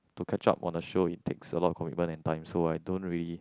to catch up on the show it takes a lot of commitment and time so I don't really